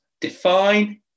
Define